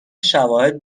شواهد